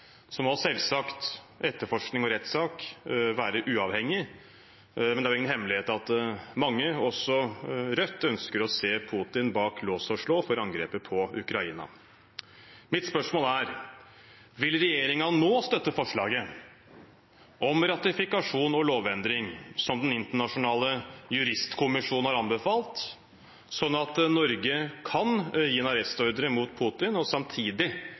Så må selvsagt etterforskning og rettssak være uavhengig, men det er ingen hemmelighet at mange – også Rødt – ønsker å se Putin bak lås og slå for angrepet på Ukraina. Mitt spørsmål er: Vil regjeringen nå støtte forslaget om ratifikasjon og lovendring, som den internasjonale juristkommisjonen har anbefalt, slik at Norge kan gi en arrestordre mot Putin og samtidig